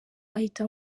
ahita